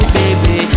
baby